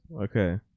okay